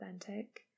authentic